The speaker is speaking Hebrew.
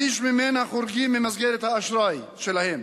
שליש ממנה חורגים ממסגרת האשראי שלהם